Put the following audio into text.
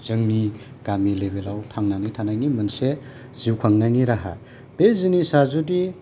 जोंनि गामि नोगोराव थांनानै थानायनि मोनसे जिउ खांनायनि राहा बे जिनिसआ जुदि